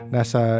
Nasa